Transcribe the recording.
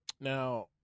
Now